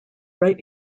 right